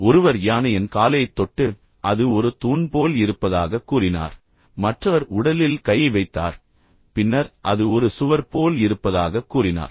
ஒருவர் யானையின் காலைத் தொட்டு அது ஒரு தூண் போல் இருப்பதாகக் கூறினார் மற்றவர் உடலில் கையை வைத்தார் பின்னர் அது ஒரு சுவர் போல் இருப்பதாகக் கூறினார்